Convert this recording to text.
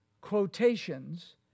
quotations